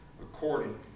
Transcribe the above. according